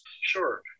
Sure